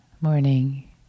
morning